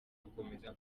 akomeza